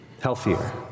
Healthier